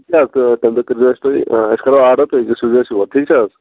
یہِ کیٛاہ تَمہِ دۅہ کٔرۍزیٚو اَسہِ تُہۍ أسۍ کَرو آرڈر تُہۍ زِ سوٗززیٚو اَسہِ اور ٹھیٖک چھِ حظ